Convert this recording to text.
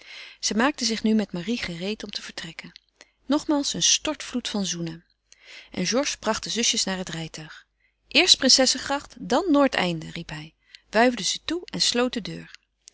zij maakte zich nu met marie gereed om te vertrekken nogmaals een stortvloed van zoenen en georges bracht de zusjes naar het rijtuig eerst princessegracht dan noordeinde riep hij wuifde ze toe en sloot de deur